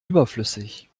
überflüssig